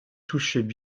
touchaient